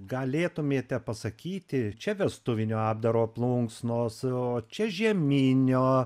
galėtumėte pasakyti čia vestuvinio apdaro plunksnos o čia žieminio